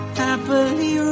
happily